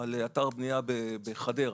על אתר בנייה בחדרה.